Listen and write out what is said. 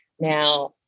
Now